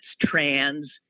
trans